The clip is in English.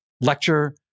lecture